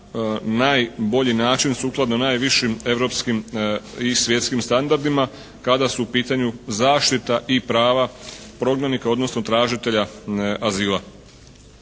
najbolji način sukladno najvišim europskim i svjetskim standardima kada su u pitanju zaštita i prava prognanika, odnosno tražitelja azila.